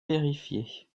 vérifier